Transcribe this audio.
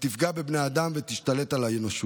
תפגע בבני אדם ותשתלט על האנושות.